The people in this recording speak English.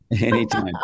Anytime